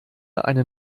eine